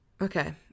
Okay